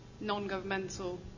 non-governmental